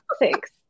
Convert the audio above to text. Thanks